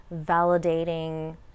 validating